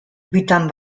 bitan